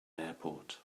airport